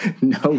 no